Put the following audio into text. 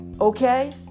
okay